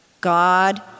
God